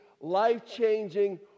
life-changing